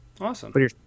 Awesome